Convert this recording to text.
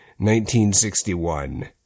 1961